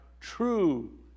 true